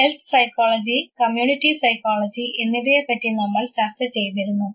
health psychology community psychology എന്നിവയെപറ്റി നമ്മൾ ചർച്ച ചെയ്തിരുന്നു